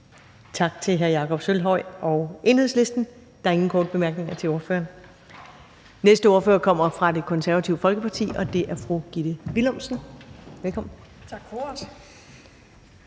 Tak til hr. Jakob Sølvhøj og Enhedslisten. Der er ingen korte bemærkninger til ordføreren. Næste ordfører kommer fra Det Konservative Folkeparti, og det er fru Gitte Willumsen. Velkommen. Kl.